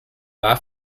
war